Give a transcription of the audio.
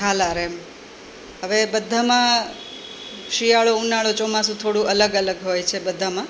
હાલાર એમ હવે બધામાં શિયાળો ઉનાળો ચોમાસું થોડુ અલગ અલગ હોય છે બધામાં